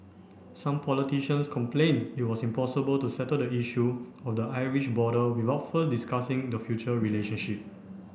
some politicians complained it was impossible to settle the issue of the Irish border without first discussing the future relationship